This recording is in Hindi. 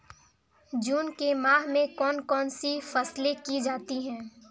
जून के माह में कौन कौन सी फसलें की जाती हैं?